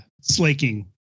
slaking